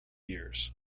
years